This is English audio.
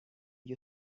you